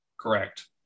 Correct